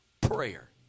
prayer